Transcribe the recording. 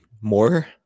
more